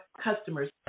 customers